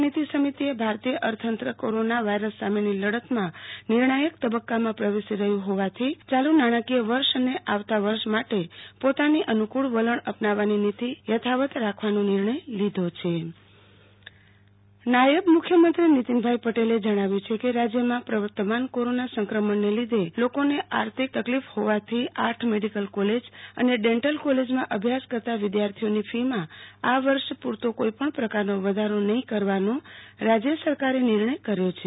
નાણાનીતી સમિતીએ ભારતીય અર્થતંત્ર કોરોના વાયરસ સામેની લડતમાં નિર્ણાયક તબક્કામાં પ્રવેશી રહ્યુ હોવાથી યાલુ નાણાકીય વર્ષ અને આવતા વર્ષ માટે પોતાની અનુ કુળ વલણ અપનાવવાની નીતિ યથાવત્ત રાખવાનો નિર્ણય લીધો Aarti Bhatt medical college fee મા વધારો નહી નાયબ મુખ્યમંત્રી નીતીનભાઈ પટેલે જણાવ્યુ છે કેરાજયમાં પ્રવર્તમાન કોરોના સંક્રમણને લીધે લોકોએ આર્થિક તકલીફ હોવાથી આઠ મેડીકલ કોલેજ અને ડેન્ટલ કોલેજમાં અભ્યાસ કરતા વિધાર્થીઓની ફી માં આ વર્ષ પુ રતો કોઈપણ પ્રકારનો વધારો નહી કરવાનો રાજય સરકારે નિર્ણય કર્યો છે